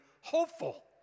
hopeful